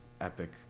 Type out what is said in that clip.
epic